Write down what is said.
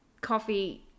coffee